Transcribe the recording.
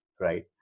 right